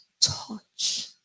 Touch